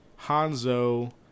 Hanzo